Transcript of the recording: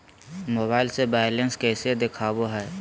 Mobile से balance कैसे देखाबो है?